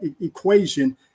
equation